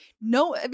no